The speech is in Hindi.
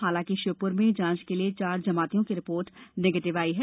हालांकि श्योपुर में जांच के लिए चार जमातियों की रिपोर्ट निगेटिव आई है